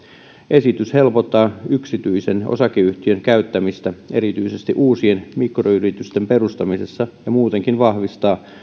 esitys helpottaa yksityisen osakeyhtiön käyttämistä erityisesti uusien mikroyritysten perustamisessa ja muutenkin vahvistaa